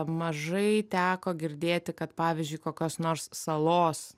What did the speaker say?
mažai teko girdėti kad pavyzdžiui kokios nors salos